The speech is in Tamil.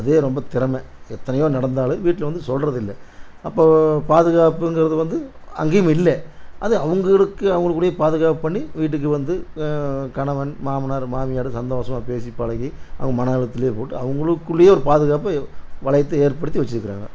அதுவே ரொம்ப திறமை எத்தனையோ நடந்தாலும் வீட்டில் வந்து சொல்வது இல்லை அப்போது பாதுகாப்புங்கிறது வந்து அங்கேயும் இல்லை அது அவங்களுக்கு அவங்களுக்குடிய பாதுகாப்புன்னு வீட்டுக்கு வந்து கணவன் மாமனார் மாமியாரை சந்தோஷமாக பேசி பழகி அவங்க மன அழுத்திலே போட்டு அவங்களுக்குள்ளையே ஒரு பாதுகாப்பு வளையத்தை ஏற்படுத்தி வெச்சுருக்கறாங்க